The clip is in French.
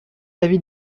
l’avis